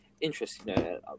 interesting